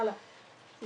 יש